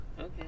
Okay